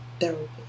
therapy